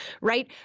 right